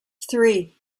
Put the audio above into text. three